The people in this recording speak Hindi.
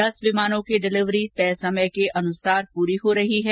दस विमानों की डिलीवरी तय समय के अनुसार पूरी हो रही है